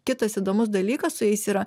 kitas įdomus dalykas su jais yra